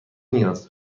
نیاز